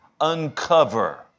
uncover